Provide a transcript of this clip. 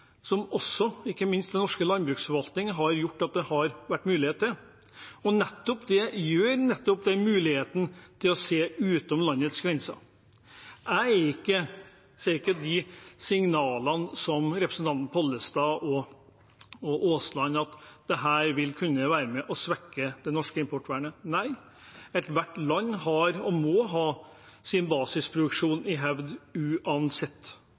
som ikke minst den norske landbruksforvaltningen har gjort mulig. Nettopp det gir denne muligheten til å se utenfor landets grenser. Jeg ser ikke de signalene som representantene Pollestad og Aasland ser, at dette vil kunne være med på å svekke det norske importvernet. Nei, ethvert land har, og må ha, sin basisproduksjon, uansett.